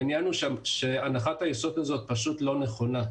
העניין היא שהנחת היסוד הזאת היא פשוט לא נכונה.